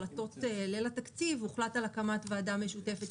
עבודת המטה שנעשתה ולהוסיף אותה לחקיקה של